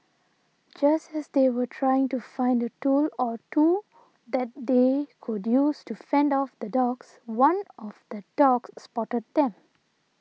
just as they were trying to find a tool or two that they could use to fend off the dogs one of the dogs spotted them